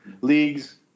leagues